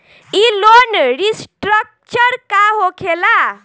ई loan restructure का होखे ला?